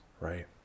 Right